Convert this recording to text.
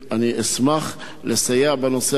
אני אשמח לסייע בנושא הזה,